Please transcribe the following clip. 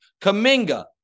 Kaminga